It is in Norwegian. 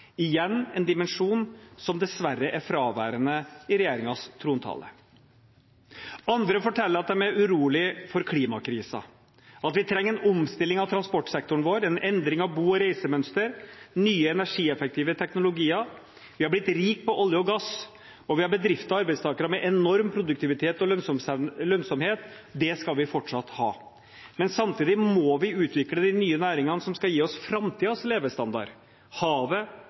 igjen en dimensjon som dessverre er fraværende i regjeringens trontale. Andre forteller at de er urolige for klimakrisen, at vi trenger en omstilling av transportsektoren vår, en endring i bo- og reisemønster og nye, energieffektive teknologier. Vi er blitt rike på olje og gass, og vi har bedrifter og arbeidstakere med enorm produktivitet og lønnsomhet. Det skal vi fortsatt ha. Men samtidig må vi utvikle de nye næringene som skal gi oss framtidens levestandard – havet,